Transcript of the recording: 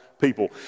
people